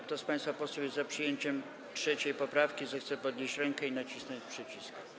Kto z państwa posłów jest za przyjęciem 3. poprawki, zechce podnieść rękę i nacisnąć przycisk.